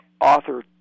author